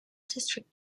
district